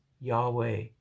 Yahweh